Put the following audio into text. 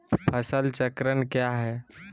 फसल चक्रण क्या है?